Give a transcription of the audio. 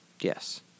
Yes